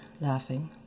laughing